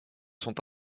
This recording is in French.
sont